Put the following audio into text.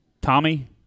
tommy